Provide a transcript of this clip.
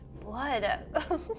blood